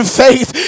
faith